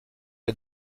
les